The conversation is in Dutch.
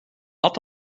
had